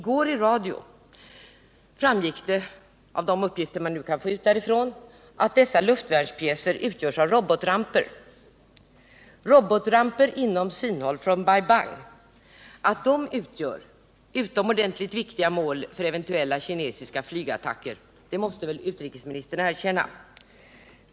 Och i går framgick — av de uppgifter man kan få ut därifrån — att dessa luftvärnspjäser utgörs av robotramper inom synhåll från Bai Bang. Att de utgör ett utomordentligt viktigt mål för eventuella kinesiska flygattacker måste väl utrikesministern erkänna.